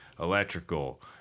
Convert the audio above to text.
electrical